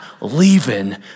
leaving